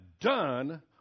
done